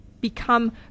become